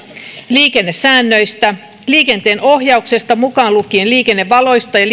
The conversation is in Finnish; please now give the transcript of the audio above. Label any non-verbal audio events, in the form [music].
liikennesäännöistä liikenteen ohjauksesta mukaan lukien liikennevalot ja [unintelligible]